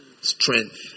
strength